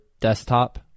desktop